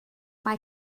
mae